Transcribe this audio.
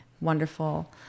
wonderful